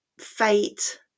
fate